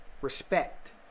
respect